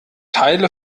teile